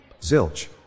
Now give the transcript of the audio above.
Zilch